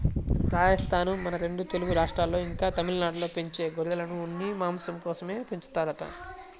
రాజస్థానూ, మన రెండు తెలుగు రాష్ట్రాల్లో, ఇంకా తమిళనాడులో పెంచే గొర్రెలను ఉన్ని, మాంసం కోసమే పెంచుతారంట